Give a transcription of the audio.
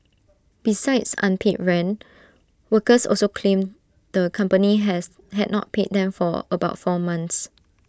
besides unpaid rent workers also claimed the company has had not paid them for about four months